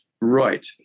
right